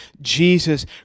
Jesus